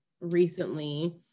recently